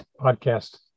podcast